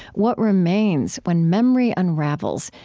what remains when memory unravels,